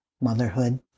motherhood